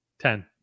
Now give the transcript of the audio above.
Ten